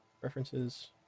references